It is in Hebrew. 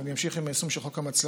ואני אמשיך עם היישום של חוק המצלמות,